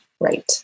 Right